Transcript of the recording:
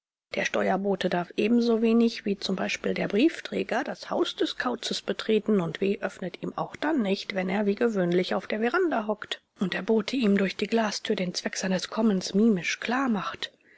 der steuerbote darf ebensowenig wie zum beispiel der briefträger das haus des kauzes betreten und w öffnet ihm auch dann nicht wenn er wie gewöhnlich auf der veranda hockt und der bote ihm durch die glastür den zweck seines kommens mimisch klarmacht